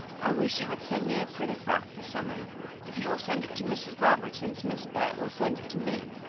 i wish you would send me a pretty frock this summer if you will send it to mrs. robertson's miss bet will send it to me.